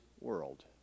world